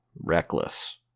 reckless